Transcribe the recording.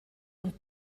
und